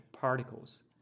particles